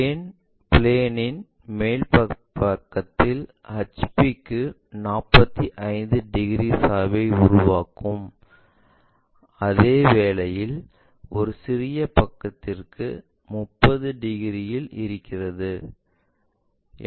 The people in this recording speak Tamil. பிளேன் இன் மேற்பரப்புகள் HP க்கு 45 டிகிரி சாய்வை உருவாக்கும் அதே வேளையில் அது சிறிய பக்கத்திற்கு 30 டிகிரி இல் இருக்கிறது